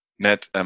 Net